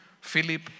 Philip